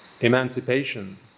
emancipation